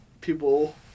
people